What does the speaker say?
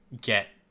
get